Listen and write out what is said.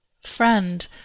Friend